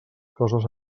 coses